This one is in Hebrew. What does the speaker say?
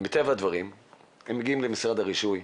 מטבע הדברים הם מגיעים למשרד הרישוי,